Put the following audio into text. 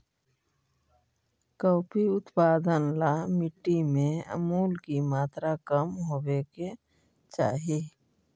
coffee उत्पादन ला मिट्टी में अमूल की मात्रा कम होवे के चाही